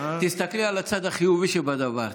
תסתכלי על הצד החיובי שבדבר,